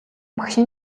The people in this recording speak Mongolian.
багшийн